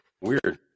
Weird